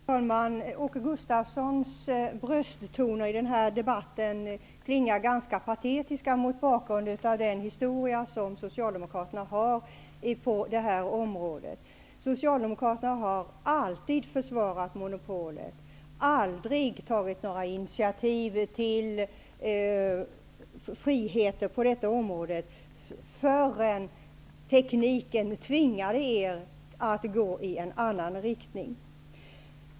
Herr talman! Åke Gustavssons brösttoner i den här debatten klingar ganska patetiskt med tanke på Socialdemokraternas historiska bakgrund på detta område. Socialdemokraterna har ju alltid försvarat monopolet. Ni har aldrig tidigare tagit något initiativ till friheter på detta område -- det gör ni inte förrän tekniken tvingar er att gå i en annan riktning.